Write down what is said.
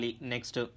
Next